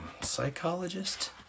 psychologist